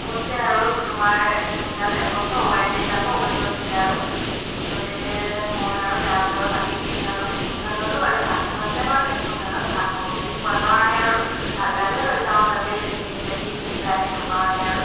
কৈছে আৰু তোমাৰ হেডফোনডাল এবছৰ ওৱাৰেণ্টি যাব বুলি কৈছিলে আৰু তাৰপাছতে মই আৰু দাম দৰ পাতি পিনি আৰু হেডফোনডাল ল'লোঁ আৰু দামটো আছে বাৰু হেডফোনডালৰ ভাল হ'ব বুলি কোৱাৰ কাৰণে আৰু ভালডালে লৈ যাওঁ যাতে দুদিন বেছিদিন যায় সেইটো কাৰণে আৰু